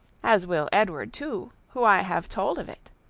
as will edward too, who i have told of it.